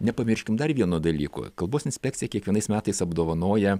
nepamirškim dar vieno dalyko kalbos inspekcija kiekvienais metais apdovanoja